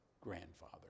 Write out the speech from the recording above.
grandfather